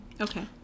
Okay